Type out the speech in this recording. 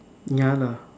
ya lah